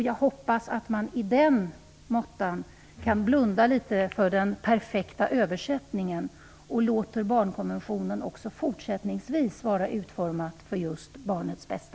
Jag hoppas att man kan blunda litet för den perfekta översättningen och låter barnkonventionen också fortsättningsvis vara utformad för just barnets bästa.